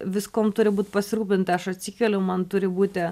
viskuom turi būt pasirūpinta aš atsikeliu man turi būti